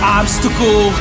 obstacle